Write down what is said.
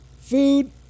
food